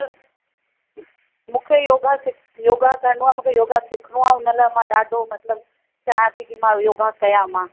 sir मूंखे yoga करिणो आहे मूंखे योगा सिखिणो आहे उन लाइ मां ॾाढो मतिलबु चाहियां थी कि मां योगा कयां मां